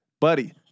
buddy